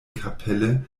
kapelle